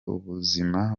ubuzima